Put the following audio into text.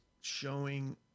showing